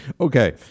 Okay